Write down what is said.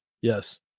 yes